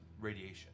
radiation